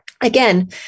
again